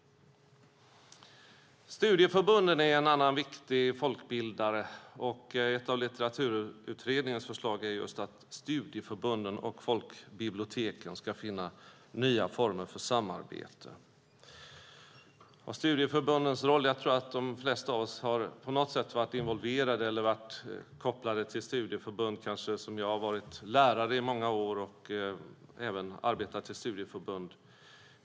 Studieförbunden är en annan viktig folkbildare. Ett av Litteraturutredningens förslag är att just studieförbunden och folkbiblioteken ska finna nya former för samarbete. Jag tror att de flesta av oss på något sätt har varit involverade i eller kopplade till studieförbund. Jag själv har varit lärare i många år och även arbetat i studieförbund.